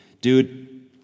Dude